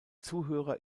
zuhörer